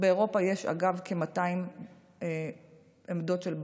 באירופה יש, אגב, כ-200 עמדות של בנקים,